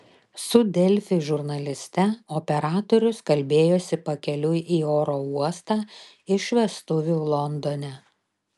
su delfi žurnaliste operatorius kalbėjosi pakeliui į oro uostą iš vestuvių londone